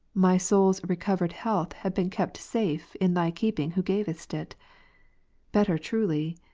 my soul's recovered health had been kept safe in thy keeping who gavest it. better truly.